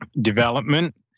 development